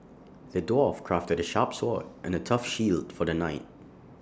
the dwarf crafted A sharp sword and A tough shield for the knight